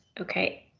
Okay